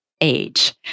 age